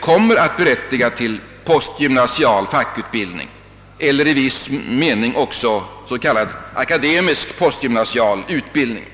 kommer att berättiga till postgymnasial fackutbildning eller i viss mening också s.k. akademisk postgymnasial utbildning.